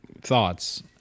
thoughts